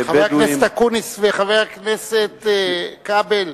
חבר הכנסת אקוניס וחבר הכנסת כבל,